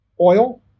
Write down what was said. Oil